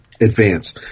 advance